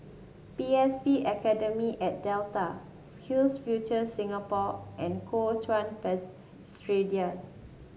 P S B Academy at Delta SkillsFuture Singapore and Kuo Chuan Presbyterian